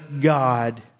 God